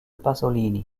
pasolini